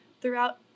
throughout